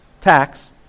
tax